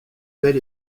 bel